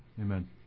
Amen